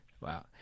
Wow